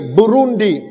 Burundi